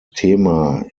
thema